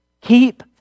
Keep